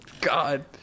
God